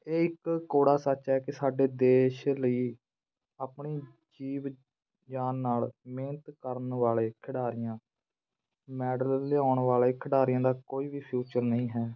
ਇਹ ਇਕ ਕੋੜਾ ਸੱਚ ਹੈ ਕਿ ਸਾਡੇ ਦੇਸ਼ ਲਈ ਆਪਣੀ ਜੀਵ ਜਾਨ ਨਾਲ ਮਿਹਨਤ ਕਰਨ ਵਾਲੇ ਖਿਡਾਰੀਆਂ ਮੈਡਲ ਲਿਆਉਣ ਵਾਲੇ ਖਿਡਾਰੀਆਂ ਦਾ ਕੋਈ ਵੀ ਫਿਊਚਰ ਨਹੀਂ ਹੈ